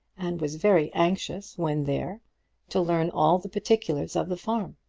and was very anxious when there to learn all the particulars of the farm.